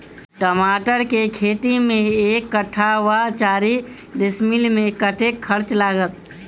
टमाटर केँ खेती मे एक कट्ठा वा चारि डीसमील मे कतेक खर्च लागत?